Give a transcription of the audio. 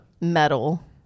metal